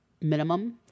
minimum